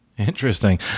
Interesting